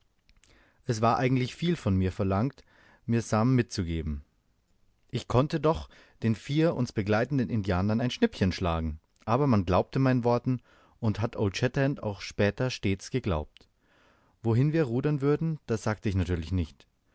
es war eigentlich viel von mir verlangt mir sam mitzugeben ich konnte doch den vier uns begleitenden indianern ein schnippchen schlagen aber man glaubte meinen worten und hat old shatterhand auch später stets geglaubt wohin wir rudern würden das sagte ich natürlich nicht